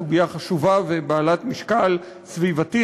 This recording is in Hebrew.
סוגיה חשובה ובעלת משקל סביבתי,